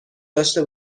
داشته